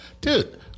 Dude